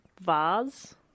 vase